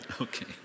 Okay